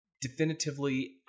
definitively